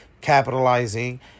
capitalizing